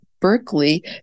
Berkeley